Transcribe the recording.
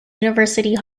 university